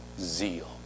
zeal